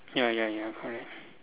ya ya ya correct